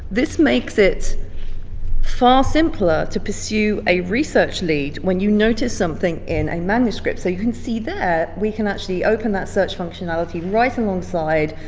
this makes it far simpler to pursue a research lead when you notice something in a manuscript. so you can see there we can actually open that search functionality right alongside,